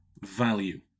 value